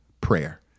prayer